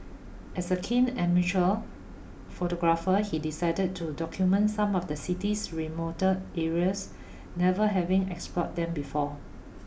as a keen amateur photographer he decided to document some of the city's remoter areas never having explored them before